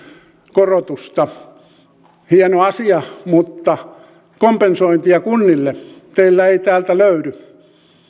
korotusta hieno asia mutta kompensointia kunnille teillä ei täältä löydy